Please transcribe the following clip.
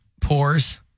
pores